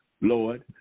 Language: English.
Lord